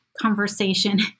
conversation